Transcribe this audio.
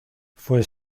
fue